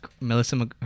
Melissa